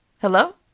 Hello